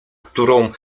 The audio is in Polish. którą